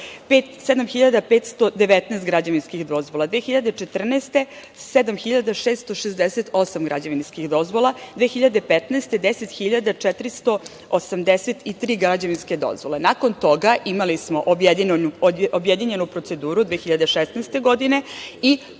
7.519 građevinskih dozvola, 2014. godine 7.668 građevinskih dozvola, 2015. godine 10.483 građevinske dozvole, a nakon toga imali smo objedinjenu proceduru 2016. godine i